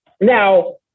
Now